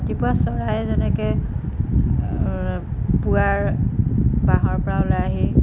ৰাতিপুৱা চৰাই যেনেকৈ পুৱাৰ বাহৰপৰা ওলাই আহি